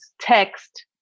text